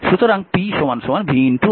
সুতরাং p vi